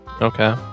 Okay